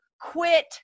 quit